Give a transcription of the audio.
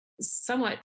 somewhat